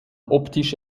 optisch